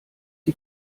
die